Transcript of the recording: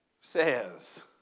says